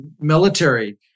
military